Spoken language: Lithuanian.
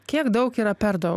kiek daug yra per daug